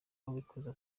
ubikora